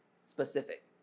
specific